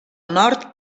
nord